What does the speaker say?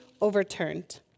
overturned